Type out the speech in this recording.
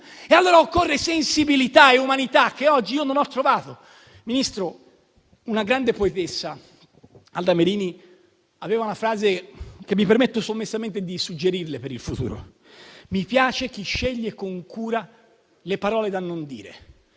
allora sensibilità e umanità, che oggi non ho trovato. Ministro, una grande poetessa, Alda Merini, diceva una frase che mi permetto sommessamente di suggerirle per il futuro: «Mi piace chi sceglie con cura le parole da non dire».